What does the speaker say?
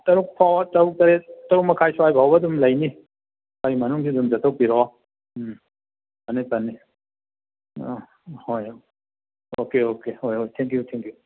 ꯇꯔꯨꯛ ꯐꯥꯎꯕ ꯇꯔꯨꯛ ꯇꯔꯦꯠ ꯇꯔꯨꯛ ꯃꯈꯥꯏ ꯁ꯭ꯋꯥꯏꯢꯐꯧꯕ ꯑꯗꯨꯝ ꯂꯩꯅꯤ ꯁ꯭ꯋꯥꯏꯢ ꯃꯅꯨꯡꯁꯤꯗ ꯑꯗꯨꯝ ꯆꯠꯊꯣꯛꯄꯤꯔꯛꯑꯣ ꯎꯝ ꯐꯅꯤ ꯐꯅꯤ ꯍꯣꯢꯏꯅꯦ ꯑꯣꯀꯦ ꯑꯣꯀꯦ ꯍꯣꯏ ꯍꯣꯏ ꯊꯦꯡꯀ꯭ꯌꯨ ꯊꯦꯡꯀ꯭ꯌꯨ